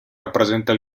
rappresenta